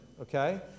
okay